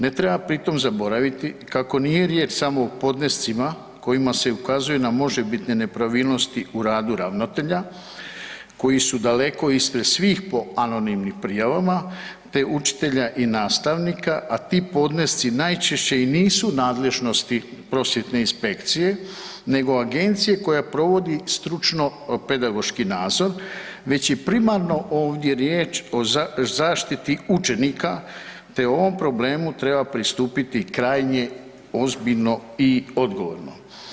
Ne treba pritom zaboraviti kako nije riječ samo o podnescima kojima se ukazuje na možebitne nepravilnosti u radu ravnatelja koji su daleko ispred svih po anonimnim prijavama, te učitelja i nastavnika, a ti podnesci najčešće i nisu u nadležnosti prosvjetne inspekcije, nego agencije koja provodi stručno-pedagoški nadzor već je primarno ovdje riječ o zaštiti učenika, te o ovom problemu treba pristupiti krajnje ozbiljno i odgovorno.